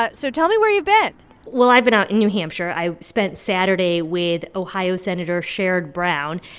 ah so tell me where you've been well, i've been out in new hampshire. i spent saturday with ohio senator sherrod brown.